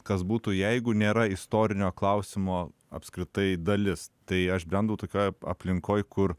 kas būtų jeigu nėra istorinio klausimo apskritai dalis tai aš brendau tokioj aplinkoj kur